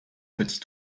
petits